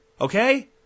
okay